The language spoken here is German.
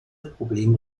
probleme